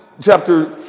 chapter